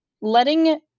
letting